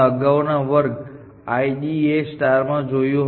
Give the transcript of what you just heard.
આ ગણા આડા અને ઉભા મૂવ્સ ઘટી જશે અને ડાયાગોનલ મૂવ્સ વધુ જરૂરી બની જાય છે